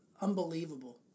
Unbelievable